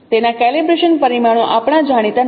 તેના કેલિબ્રેશન પરિમાણો આપણા જાણીતા નથી